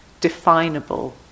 definable